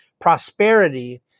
prosperity